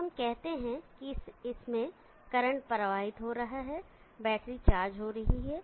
अब हम कहते हैं कि इससे करंट प्रवाहित हो रहा है बैटरी चार्ज हो रही है